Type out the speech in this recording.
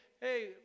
hey